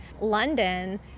London